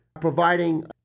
providing